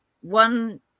one